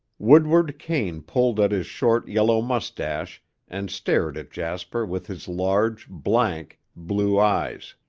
woodward kane pulled at his short, yellow mustache and stared at jasper with his large, blank, blue eyes.